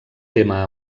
tema